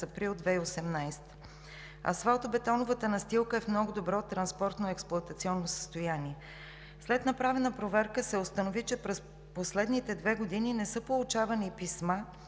Асфалтобетоновата настилка е в много добро транспортно-експлоатационно състояние. След направена проверка се установи, че през последните две години не са получавани писма